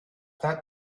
that